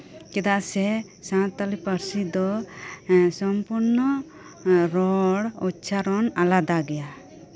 ᱪᱮᱫᱟᱜ ᱥᱮ ᱥᱟᱱᱛᱟᱞᱤ ᱯᱟᱨᱥᱤ ᱫᱚ ᱥᱚᱢᱯᱩᱨᱱᱚ ᱨᱚᱲ ᱩᱪᱪᱟᱨᱚᱱ ᱟᱞᱟᱫᱟ ᱜᱮᱭᱟ